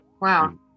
Wow